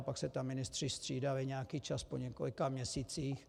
Pak se tam ministři střídali nějaký čas po několika měsících.